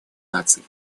наций